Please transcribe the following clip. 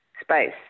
space